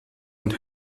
und